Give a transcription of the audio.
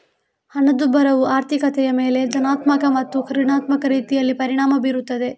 ಹಣದುಬ್ಬರವು ಆರ್ಥಿಕತೆಯ ಮೇಲೆ ಧನಾತ್ಮಕ ಮತ್ತು ಋಣಾತ್ಮಕ ರೀತಿಯಲ್ಲಿ ಪರಿಣಾಮ ಬೀರುತ್ತದೆ